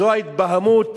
זו ההתבהמות,